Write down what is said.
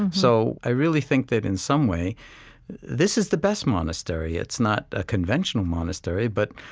so i really think that in some way this is the best monastery. it's not a conventional monastery, but,